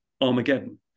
Armageddon